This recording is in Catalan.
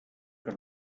que